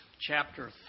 chapter